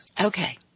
Okay